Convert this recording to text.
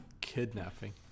kidnapping